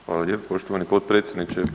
Hvala lijepo poštovani potpredsjedniče.